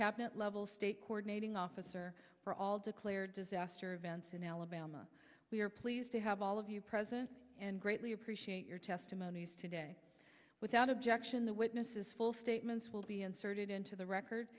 cabinet level state coordinating officer for all declared disaster events in alabama we are pleased to have all of you present and greatly appreciate your testimonies today without objection the witness is full statements will be inserted into the record